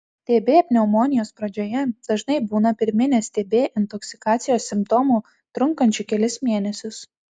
tb pneumonijos pradžioje dažnai būna pirminės tb intoksikacijos simptomų trunkančių kelis mėnesius